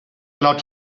allowed